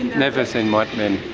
never seen white